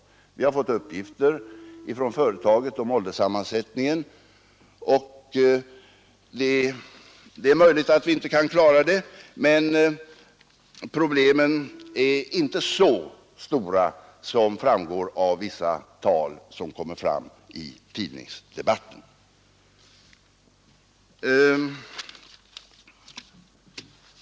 Vi har fått uppgifter från detta företag om ålderssammansättningen för de anställda. Det är möjligt att vi inte kan klara uppgiften, men problemen är inte så stora som framgår av vissa siffror i tidningsdebatten.